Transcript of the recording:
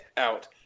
Out